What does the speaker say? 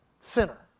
Center